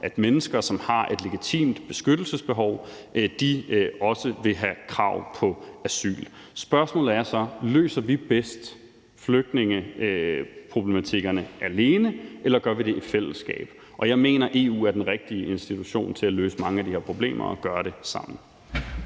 at mennesker, som har et legitimt beskyttelsesbehov, også vil have krav på asyl. Spørgsmålet er så: Løser vi bedst flygtningeproblematikkerne alene, eller gør vi det bedst i fællesskab? Jeg mener, at EU er den rigtige institution til at løse mange af de her problemer, og at vi skal gøre det sammen.